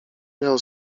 miał